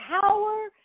power